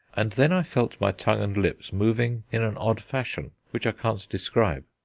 and then i felt my tongue and lips moving in an odd fashion, which i can't describe.